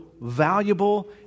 valuable